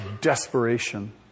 desperation